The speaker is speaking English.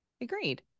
agreed